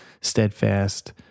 Steadfast